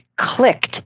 clicked